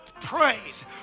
praise